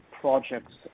projects